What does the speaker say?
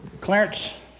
Clarence